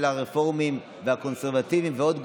של הרפורמים והקונסרבטיבים ועוד גופים,